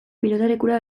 pilotalekura